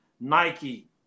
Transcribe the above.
Nike